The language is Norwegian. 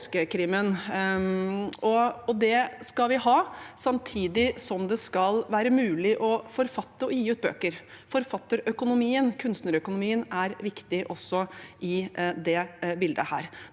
Det skal vi ha, samtidig som det skal være mulig å forfatte og gi ut bøker. Forfatterøkonomien/ kunstnerøkonomien er viktig også i dette bildet.